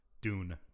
Dune